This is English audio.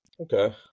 Okay